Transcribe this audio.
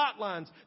hotlines